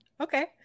okay